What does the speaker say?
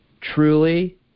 truly